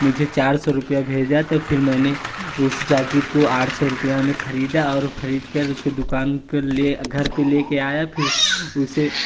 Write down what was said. मुझे चार सौ रुपये भेजा तो फ़िर मैंने उस जैकेट को आठ सौ रुपये में खरीदा और खरीद कर उसके दुकान पर ले घर पर लेकर आए फ़िर उसे